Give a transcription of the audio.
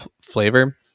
flavor